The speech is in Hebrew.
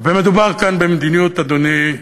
ומדובר כאן במדיניות, אדוני,